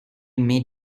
may